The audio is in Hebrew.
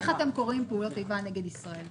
איך אתם קוראים "פעולות איבה נגד ישראל"?